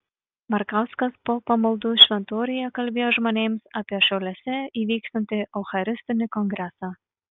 markauskas po pamaldų šventoriuje kalbėjo žmonėms apie šiauliuose įvyksiantį eucharistinį kongresą